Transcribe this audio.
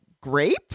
grape